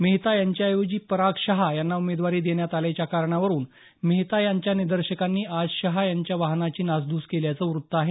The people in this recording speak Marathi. मेहता यांच्याऐवजी पराग शहा यांना उमेदवारी देण्यात आल्याच्या कारणावरून मेहता यांच्या निदर्शकांनी आज शहा यांच्या वाहनाची नासध्स केल्याचं वृत्त आहे